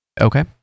Okay